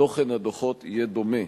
תוכן הדוחות יהיה דומה.